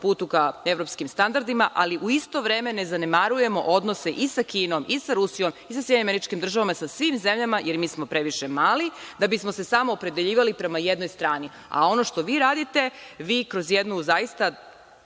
putu ka evropskim standardima, ali, u isto vreme, ne zanemarujemo odnose i sa Kinom, i sa Rusijom i sa SAD, i sa svim zemljama, jer mi smo previše mali da bismo se samo opredeljivali prema jednoj strani.A ono što vi radite, vi kroz jednu zaista